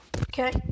okay